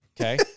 okay